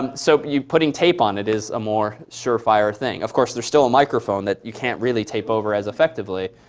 um so putting tape on it is a more surefire thing. of course, there's still a microphone that you can't really tape over as effectively.